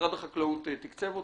שמשרד החקלאות תקצב אותה.